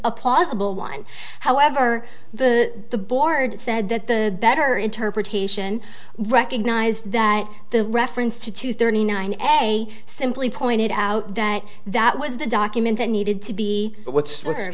a plausible one however the the board said that the better interpretation recognize that the reference to two thirty nine as i simply pointed out that that was the document that needed to be but what's